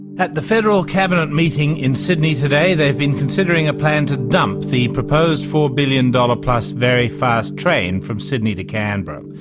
at the federal cabinet meeting in sydney today, they have been considering a plan to dump the proposed zero four billion and ah plus very fast train from sydney to canberra.